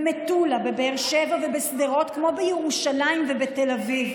במטולה, בבאר שבע ובשדרות כמו בירושלים ובתל אביב.